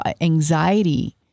anxiety